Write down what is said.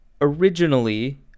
Originally